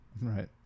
Right